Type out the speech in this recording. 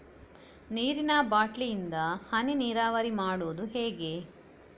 ನೀರಿನಾ ಬಾಟ್ಲಿ ಇಂದ ಹನಿ ನೀರಾವರಿ ಮಾಡುದು ಹೇಗೆ?